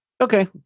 okay